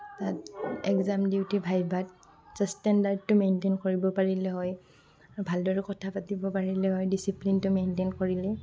তাত এক্সাম দিওঁতে ভাইভাত জাষ্ট ষ্টেণ্ডাৰ্ডতো মেইনটেইন কৰিব পাৰিলেই হয় ভালদৰে কথা পাতিব পাৰিলেই হয় ডিচিপ্লিনটো মেইনটেইন কৰিলে